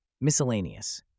Miscellaneous